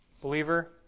Believer